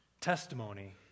testimony